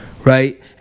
Right